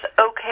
okay